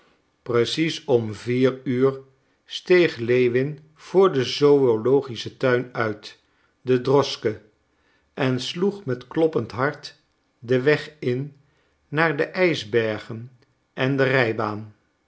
precies om vier uur steeg lewin voor den zoölogischen tuin uit de droschke en sloeg met kloppend hart den weg in naar de ijsbergen en de rijbaan